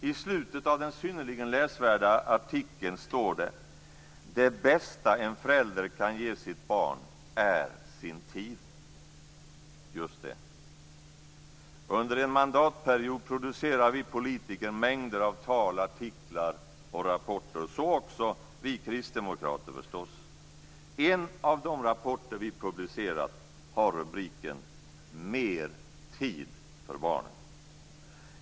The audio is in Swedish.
I slutet av den synnerligen läsvärda artikeln står det: Det bästa en förälder kan ge sitt barn är sin tid. Just det. Under en mandatperiod producerar vi politiker mängder av tal, artiklar och rapporter. Så också vi kristdemokrater förstås. En av de rapporter vi publicerat har rubriken: Mer tid för barnen.